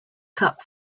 cup